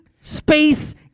space